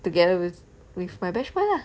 together with with my batchmate lah